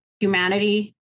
humanity